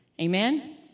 Amen